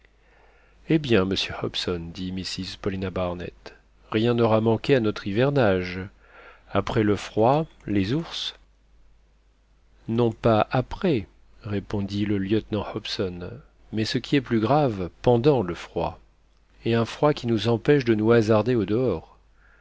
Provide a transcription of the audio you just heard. eh bien monsieur hobson dit mrs paulina barnett rien n'aura manqué à notre hivernage après le froid les ours non pas après répondit le lieutenant hobson mais ce qui est plus grave pendant le froid et un froid qui nous empêche de nous hasarder au-dehors